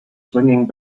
swinging